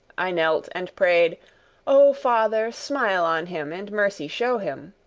i knelt and prayed o father, smile on him, and mercy show him!